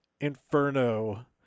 Inferno